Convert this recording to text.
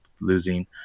losing